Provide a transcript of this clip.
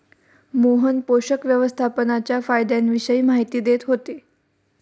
मोहन पोषक व्यवस्थापनाच्या फायद्यांविषयी माहिती देत होते